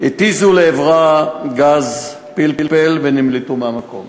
התיזו לעברה גז פלפל ונמלטו מהמקום.